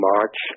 March